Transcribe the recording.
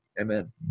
Amen